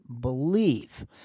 believe